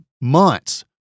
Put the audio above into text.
months